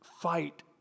fight